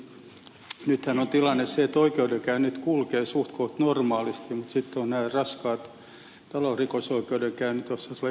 nythän on tilanne se että oikeudenkäynnit kulkevat suhtkoht normaalisti mutta sitten ovat nämä raskaat talousrikosoikeudenkäynnit joissa tulee pitkät käsittelyajat